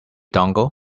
dongle